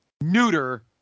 neuter